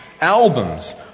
albums